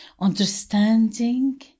understanding